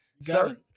sir